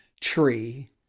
tree